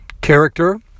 character